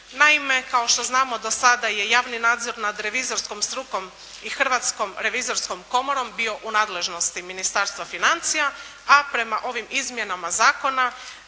Naime kao što znamo do sada je javni nadzor nad revizorskom strukom i Hrvatskom revizorskom komorom bio u nadležnosti Ministarstva financija a prema ovim izmjenama Zakona